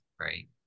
right